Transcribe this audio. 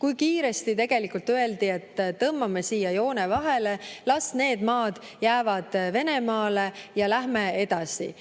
kui kiiresti öeldi, et tõmbame siia joone vahele, las need maad jäävad Venemaale ja lähme edasi.